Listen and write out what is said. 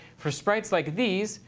for sprites like these,